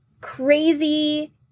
crazy